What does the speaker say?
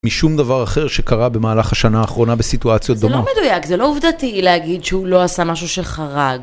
משום דבר אחר שקרה במהלך השנה האחרונה בסיטואציות דומה. זה לא מדויק, זה לא עובדתי להגיד שהוא לא עשה משהו שחרג.